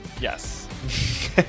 Yes